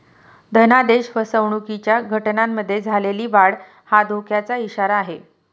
धनादेश फसवणुकीच्या घटनांमध्ये झालेली वाढ हा धोक्याचा इशारा आहे